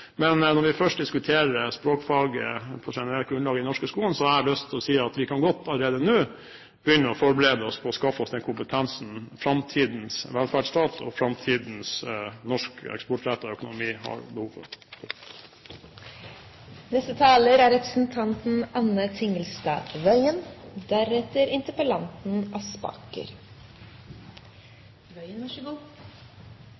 Men når vi først diskuterer språkfaget i den norske skolen på generelt grunnlag, har jeg lyst til å si at vi allerede nå godt kan begynne å forberede oss på å skaffe oss den kompetansen framtidens velferdsstat og framtidens norsk eksportrettet økonomi har behov for. Det er